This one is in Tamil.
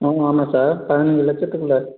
ஆமாம் ஆமாம் சார் பதினைஞ்சி லட்சத்துக்குள்ளே